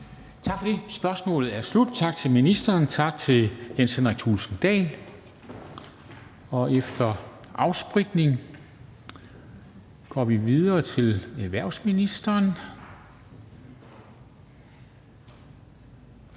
Tak for det. Spørgsmålet er slut. Tak til ministeren, og tak til Jens Henrik Thulesen Dahl. Vi går videre til et spørgsmål stillet til erhvervsministeren